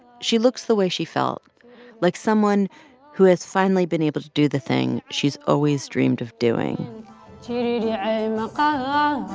she looks the way she felt like someone who has finally been able to do the thing she's always dreamed of doing and yeah ah